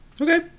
Okay